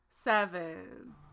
Seven